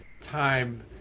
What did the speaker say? time